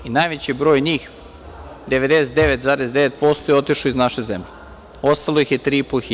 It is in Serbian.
Najveći broj njih 99,9% je otišao iz naše zemlje, ostalo ih je 3.500.